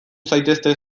zaitezte